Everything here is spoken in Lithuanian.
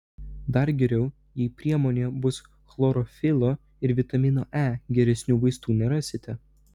dar geriau jei priemonėje bus chlorofilo ir vitamino e geresnių vaistų nerasite